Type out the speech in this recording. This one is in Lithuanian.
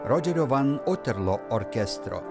rodžerio van otterloo orkestro